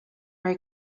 very